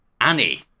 Annie